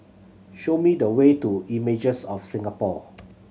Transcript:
show me the way to Images of Singapore